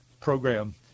program